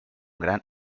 gran